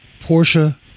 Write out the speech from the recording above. Porsche